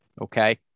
Okay